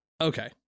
Okay